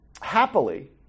happily